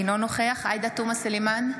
אינו נוכח עאידה תומא סלימאן,